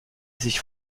sich